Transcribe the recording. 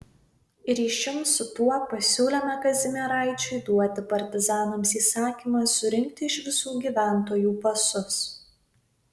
ryšium su tuo pasiūlėme kazimieraičiui duoti partizanams įsakymą surinkti iš visų gyventojų pasus